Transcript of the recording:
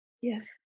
Yes